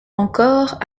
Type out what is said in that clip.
encore